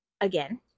again